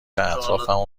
اطرافمو